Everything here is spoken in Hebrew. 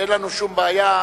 אין לנו שום בעיה,